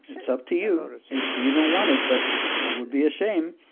it's up to you if you don't want it, but it would be a shame.